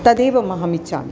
तदेव अहम् इच्छामि